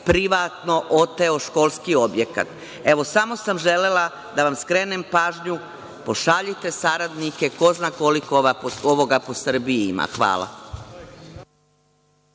privatno oteo školski objekat. Samo sam želela da vam skrenem pažnju, pošaljite saradnike, ko zna koliko ovoga po Srbiji ima. Hvala.